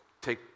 take